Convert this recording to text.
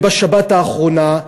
ובשבת האחרונה,